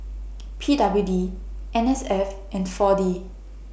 P W D N S F and four D